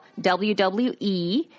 WWE